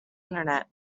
internet